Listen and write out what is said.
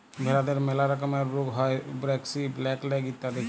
ভেরাদের ম্যালা রকমের রুগ হ্যয় ব্র্যাক্সি, ব্ল্যাক লেগ ইত্যাদি